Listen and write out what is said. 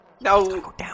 No